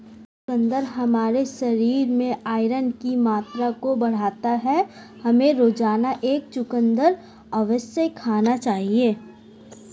चुकंदर हमारे शरीर में आयरन की मात्रा को बढ़ाता है, हमें रोजाना एक चुकंदर अवश्य खाना चाहिए